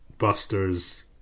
busters